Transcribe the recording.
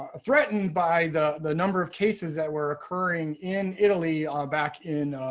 ah threatened by the, the number of cases that were occurring in italy back in,